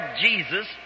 Jesus